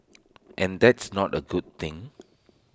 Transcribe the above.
and that's not A good thing